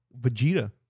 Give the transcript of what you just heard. Vegeta